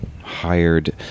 hired